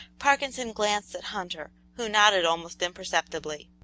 parkinson glanced at hunter, who nodded almost imperceptibly.